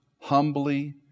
humbly